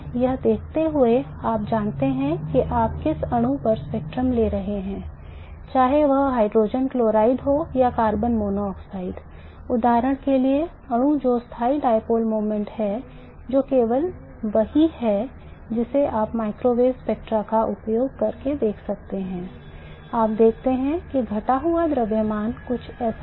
यदि आपको याद हो कि B के अलावा और कुछ नहीं है